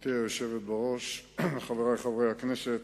גברתי היושבת בראש, חברי חברי הכנסת,